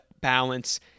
balance